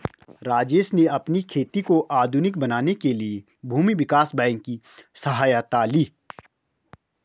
राजेश ने अपनी खेती को आधुनिक बनाने के लिए भूमि विकास बैंक की सहायता ली